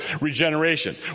regeneration